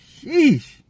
Sheesh